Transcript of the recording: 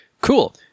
Cool